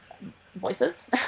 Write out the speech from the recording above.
voices